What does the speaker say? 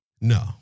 No